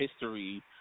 history